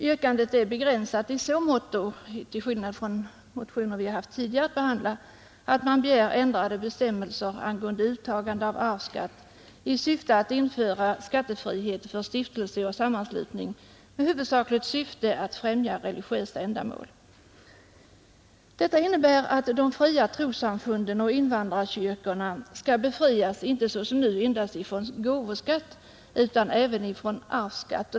Yrkandet är till skillnad från motioner som vi tidigare haft att behandla begränsat i så måtto att man begär ändrade bestämmelser angående uttagande av arvsskatt i syfte att införa skattefrihet för stiftelse och sammanslutning med huvudsakligt syfte att främja religiöst ändamål. Detta innebär att de fria trossamfunden och invandrarkyrkorna skall befrias, inte såsom nu endast från gåvoskatt utan även från arvsskatt.